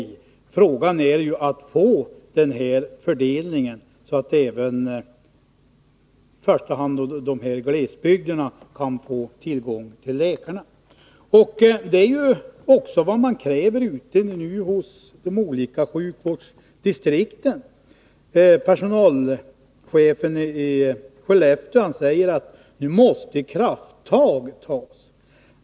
Vad det gäller är ju att åstadkomma denna fördelning, så att även i första hand dessa människor i glesbygderna kan få tillgång till läkare. Det är också vad man nu kräver ute i de olika sjukvårdsdistrikten. Personalchefen i Skellefteå säger att krafttag nu måste tas.